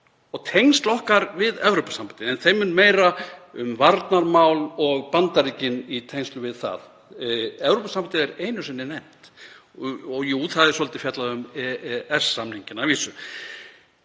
og tengsl okkar við Evrópusambandið en þeim mun meira um varnarmál og Bandaríkin í tengslum við það. Evrópusambandið er einu sinni nefnt og jú, það er svolítið fjallað um EES-samninginn að vísu.